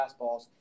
fastballs